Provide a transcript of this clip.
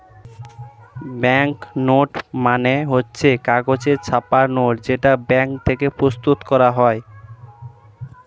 bank note মানে হচ্ছে কাগজে ছাপা নোট যেটা ব্যাঙ্ক থেকে প্রস্তুত করা হয়